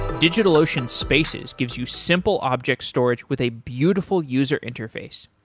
digitalocean spaces gives you simple object storage with a beautiful user interface.